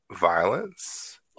violence